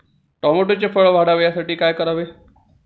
टोमॅटोचे फळ वाढावे यासाठी काय करावे?